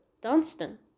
Dunstan